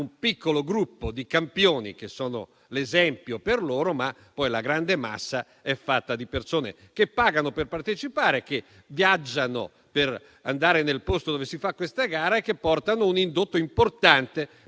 piccolo gruppo di campioni che sono l'esempio per loro, ma poi la grande massa è fatta di persone che pagano per partecipare, che viaggiano per andare nel posto dove si fa questa gara e che portano un indotto importante per